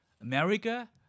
America